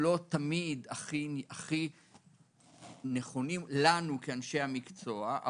לא תמיד הכי נכונים לנו כאנשי המקצוע,